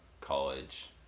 college